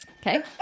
okay